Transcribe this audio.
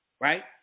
right